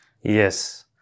Yes